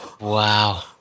Wow